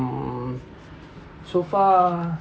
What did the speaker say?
~(um) so far